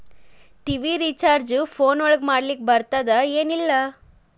TV recharge phone ಒಳಗ ಮಾಡ್ಲಿಕ್ ಬರ್ತಾದ ಏನ್ ಇಲ್ಲ?